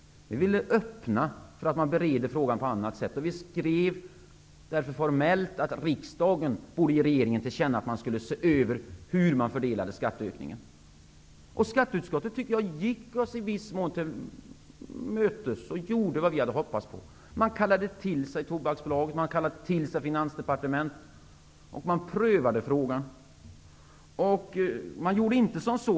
Vi ville öppna för möjligheten att bereda frågan på annat sätt, därför skrev vi på ett formellt sätt; riksdagen borde ge regeringen till känna att den skall se över hur skattehöjningen fördelades. Skatteutskottet gick oss i viss mån till mötes och gjorde det som vi hade hoppats på. Man kallade till sig Tobaksbolaget, man kallade till sig Finansdepartementet, och man prövade frågan.